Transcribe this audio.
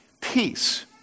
Peace